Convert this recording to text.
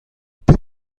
pep